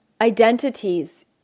identities